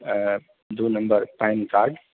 दू number PAN card